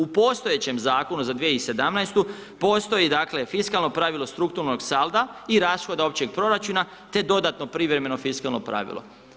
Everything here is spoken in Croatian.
U postojećem zakonu za 2017. postoji dakle fiskalno pravilo strukturnog salda i rashoda općeg proračuna te dodatno privremeno fiskalno pravilo.